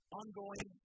ongoing